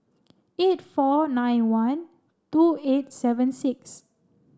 eight four nine one two eight seven six